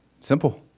Simple